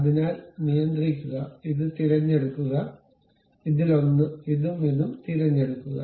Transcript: അതിനാൽ നിയന്ത്രിക്കുക ഇത് തിരഞ്ഞെടുക്കുക ഇതിൽ ഒന്ന് ഇതും ഇതും തിരഞ്ഞെടുക്കുക